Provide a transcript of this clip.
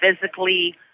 physically